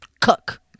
cook